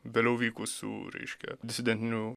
vėliau vykusių reiškia disidentinių